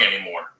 anymore